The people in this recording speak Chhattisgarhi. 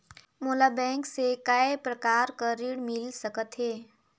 मोला बैंक से काय प्रकार कर ऋण मिल सकथे?